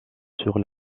sur